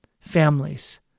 families